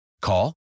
Call